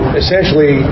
essentially